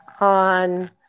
on